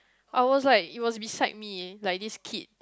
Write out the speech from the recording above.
I was like it was beside me like this kid